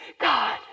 God